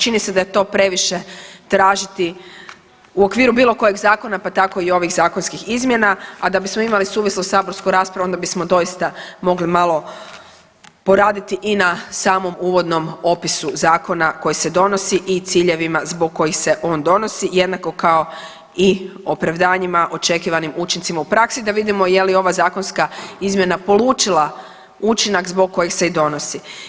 Čini se da je to previše tražiti u okviru bilo kojeg zakona pa tako i ovih zakonskih izmjena, a da bismo imali suvislu saborsku raspravu onda bismo doista mogli malo poraditi i na samom uvodnom opisu zakona koji se donosi i ciljevima zbog kojih se on donosi jednako kao i opravdanjima, očekivanim učincima u praksi, da vidimo je li ova zakonska izmjena polučila učinak zbog kojeg se i donosi.